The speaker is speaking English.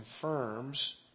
confirms